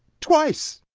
twice.